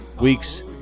weeks